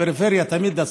הפריפריה תמיד,